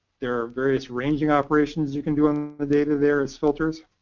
there are various ranging operations you can do on the data there as filters.